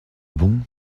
bon